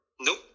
Nope